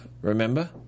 Remember